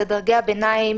שזה דרגי הביניים